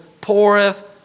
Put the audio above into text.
poureth